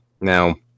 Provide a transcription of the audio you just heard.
Now